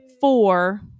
four